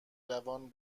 جوان